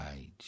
age